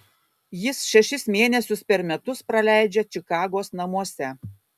jis šešis mėnesius per metus praleidžia čikagos namuose